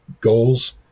goals